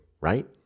right